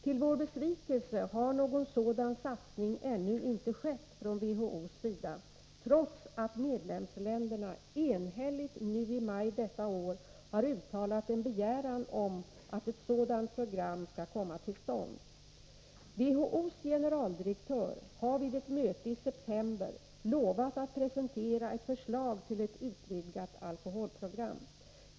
Till vår besvikelse har någon sådan satsning ännu inte skett från WHO:s sida, trots att medlemsländerna enhälligt nu i maj detta år har uttalat en begäran om att ett sådant program skall komma till stånd. WHO:s generaldirektör har vid ett möte i september lovat att presentera ett förslag till ett utvidgat alkoholprogram.